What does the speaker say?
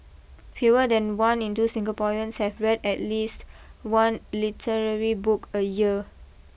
fewer than one in two Singaporeans have read at least one literary book a year